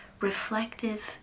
reflective